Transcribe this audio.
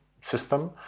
system